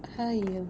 !aiyo!